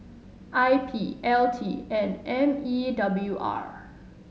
I P L T and M E W R